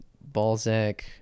Balzac